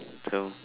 so